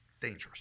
dangerous